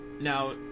Now